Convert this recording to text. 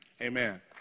Amen